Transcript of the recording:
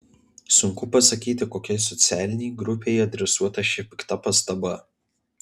sunku pasakyti kokiai socialinei grupei adresuota ši pikta pastaba